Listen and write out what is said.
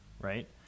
right